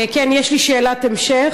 כן, יש לי שאלת המשך: